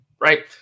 right